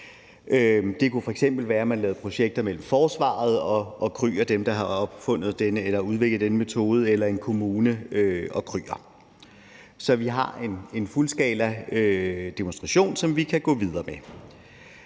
Det kunne f.eks. være, at man lavede projekter mellem forsvaret og Krüger, som har udviklet denne metode, eller en kommune og Krüger, så vi har en fuldskalademonstration, som vi kan gå videre med.